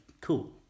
cool